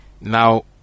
Now